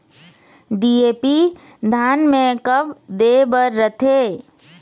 DAP धान मे कब दे बर रथे?